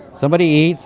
somebody eats,